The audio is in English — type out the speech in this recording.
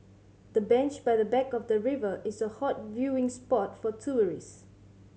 the bench by the bank of the river is a hot viewing spot for tourists